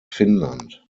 finnland